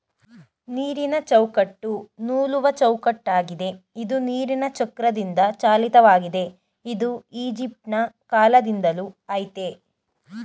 ನೀರಿನಚೌಕಟ್ಟು ನೂಲುವಚೌಕಟ್ಟಾಗಿದೆ ಇದು ನೀರಿನಚಕ್ರದಿಂದಚಾಲಿತವಾಗಿದೆ ಇದು ಈಜಿಪ್ಟಕಾಲ್ದಿಂದಲೂ ಆಯ್ತೇ